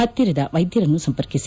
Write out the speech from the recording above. ಹತ್ತಿರದ ವೈದ್ಯರನ್ನು ಸಂಪರ್ಕಿಸಿ